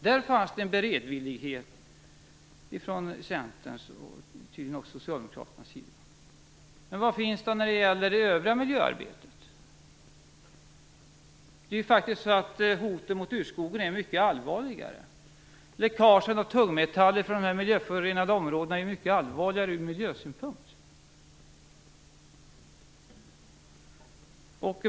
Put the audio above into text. Där fanns en beredvillighet från Centerns och Socialdemokraternas sida. Var finns den när det gäller det övriga miljöarbetet? Hoten mot urskogarna och läckagen av tungmetaller från förorenade områden är faktiskt mycket allvarligare ur miljösynpunkt.